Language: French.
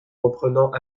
reprenant